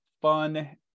fun